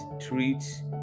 treats